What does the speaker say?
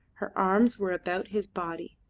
her arms were about his body.